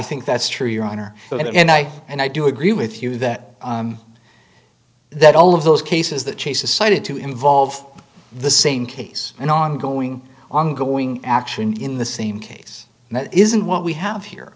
think that's true your honor and i and i do agree with you that that all of those cases that chases cited to involve the same case and ongoing ongoing action in the same case that isn't what we have here